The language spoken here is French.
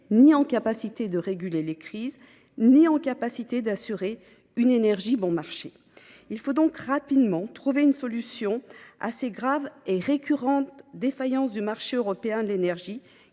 ni à même de réguler les crises ni en mesure d’assurer une énergie bon marché. Il faut donc rapidement trouver une solution à ces graves et récurrentes défaillances du marché européen de l’énergie,